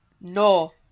No